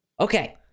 okay